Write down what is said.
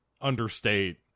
understate